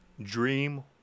Dream